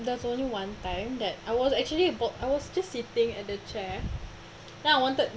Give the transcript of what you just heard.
there's only one time that I was actually I was just sitting at the chair then I wanted